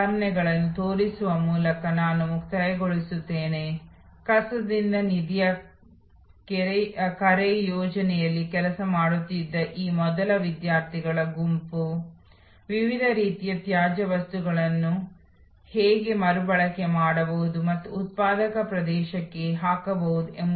ಆದ್ದರಿಂದ ಈ ಮೂರು ಪಥಗಳಲ್ಲಿ ಹೊಸ ಸೇವೆಗಳನ್ನು ರಚಿಸಬಹುದು ಅಥವಾ ಅದು ಅಸ್ತಿತ್ವದಲ್ಲಿರುವ ಗ್ರಾಹಕರಿಗೆ ಅಸ್ತಿತ್ವದಲ್ಲಿರುವ ಗ್ರಾಹಕರಿಗೆ ಅಸ್ತಿತ್ವದಲ್ಲಿರುವ ಸೇವಾ ಕೊಡುಗೆಯನ್ನು ಹೊಸ ಗ್ರಾಹಕರಿಗೆ ನೀಡಬಹುದು